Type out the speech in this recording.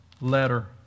letter